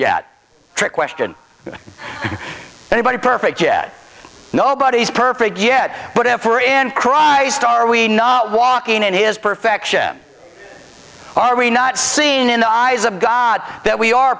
yet trick question anybody perfect yet nobody's perfect yet but if we were in christ are we not walking in his perfection are we not seeing in the eyes of god that we are